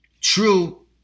true